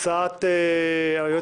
הצעת החוק